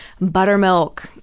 buttermilk